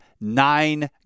nine